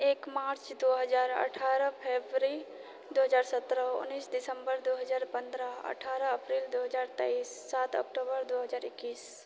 एक मार्च दू हजार अठारह फरवरी दू हजार सत्रह उन्नैस दिसम्बर दू हजार पन्द्रह अठारह अप्रिल दू हजार तेइस सात अक्टूबर दू हजार एकैस